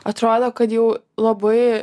atrodo kad jau labai